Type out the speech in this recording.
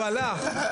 הוא הלך.